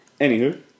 Anywho